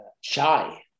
shy